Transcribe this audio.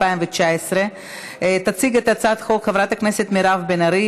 התשע"ט 2019. תציג את הצעת החוק חברת הכנסת מירב בן ארי,